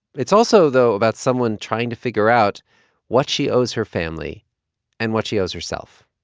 it's also, though, about someone trying to figure out what she owes her family and what she owes herself.